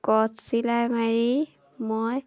কছ চিলাই মাৰি মই